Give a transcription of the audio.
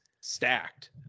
stacked